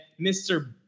Mr